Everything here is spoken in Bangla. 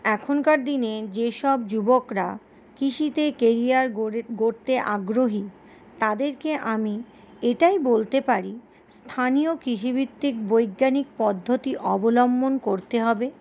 এখনকার দিনে যে সব যুবকরা কৃষিতে কেরিয়ার গ গড়তে আগ্রহী তাদেরকে আমি এটাই বলতে পারি স্থানীয় কৃষিভিত্তিক বৈজ্ঞানিক পদ্ধতি অবলম্বন করতে হবে